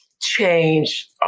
change